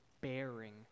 bearing